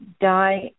die